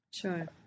Sure